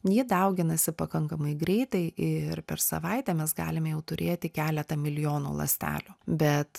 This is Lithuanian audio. ji dauginasi pakankamai greitai ir per savaitę mes galime jau turėti keletą milijonų ląstelių bet